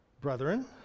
brethren